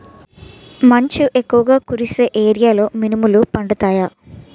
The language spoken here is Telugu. మంచు ఎక్కువుగా కురిసే ఏరియాలో మినుములు పండుతాయా?